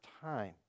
time